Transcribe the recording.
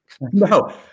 No